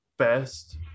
best